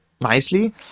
nicely